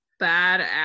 badass